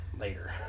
later